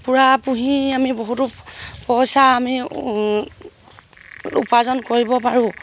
কুকুৰা পুহি আমি বহুতো পইচা আমি উপাৰ্জন কৰিব পাৰোঁ